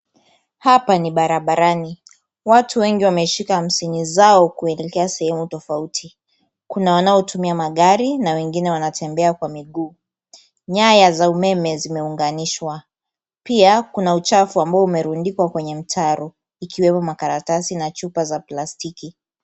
Hapa ni barabarani, watu wengi wameshika shughuli zao kuelekea sehemu tofauti. Kunao wanatumia magari na wengine wanatembea kwa miguu. Nyaya za umeme zimeonganishwa pia kuna uchafu uliorundikwa kwenye mtaro ikiwemo makaratasi na chupa za plastiki.